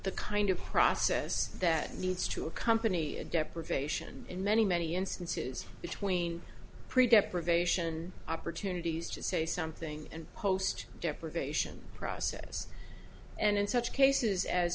the kind of process that needs to accompany a deprivation in many many instances between pretty deprivation opportunities to say something and post deprivation process and in such cases as